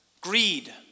greed